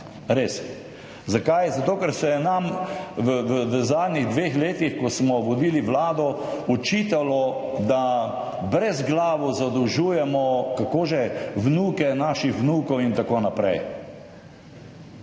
res. Zakaj? Zato ker se je nam v zadnjih dveh letih, ko smo vodili Vlado, očitalo, da brezglavo zadolžujemo – kako že? – vnuke naših vnukov in tako naprej.